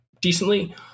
decently